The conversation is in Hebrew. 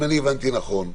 אם אני הבנתי נכון,